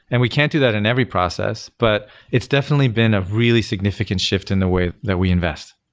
and we can't do that in every process, but it's definitely been a really significant shift in the way that we invest.